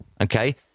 okay